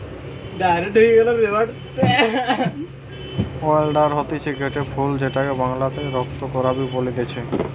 oleander হতিছে গটে ফুল যেটাকে বাংলাতে রক্ত করাবি বলতিছে